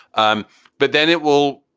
um but then it will,